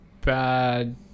bad